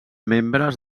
membres